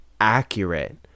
accurate